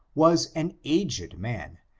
was an aged man,